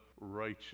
righteous